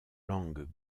langues